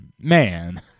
man